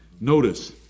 Notice